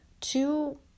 two